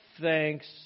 thanks